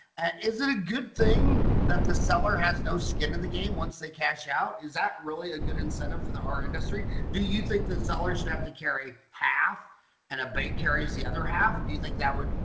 is it a good thing that the seller has no skin in the game once they cash out is that really a good incentive for the art industry do you think the seller should have to carry half and abate carries the other half do you think that would,